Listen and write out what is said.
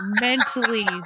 mentally